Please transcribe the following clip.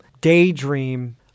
daydream